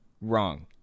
wrong